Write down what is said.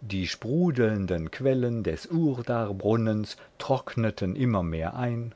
die sprudelnden quellen des urdarbrunnens trockneten immer mehr ein